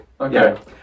okay